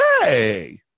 hey